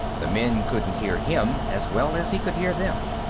the men couldn't hear him as well as he could hear them.